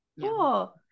Cool